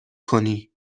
کنی